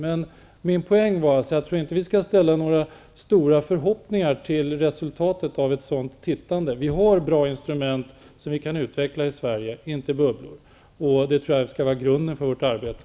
Men min poäng var att jag inte tror att vi skall ställa några stora förhoppningar till resultatet av ett sådant tittande. Vi har bra instrument som vi kan utveckla i Sverige, inte bubblor. Jag tror att det skall vara grunden för vårt arbete.